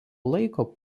laiko